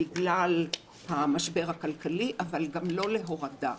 בגלל המשבר הכלכלי, אבל גם לא להורדה.